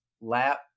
lap